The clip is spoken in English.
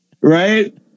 Right